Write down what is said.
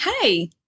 Hey